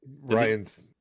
Ryan's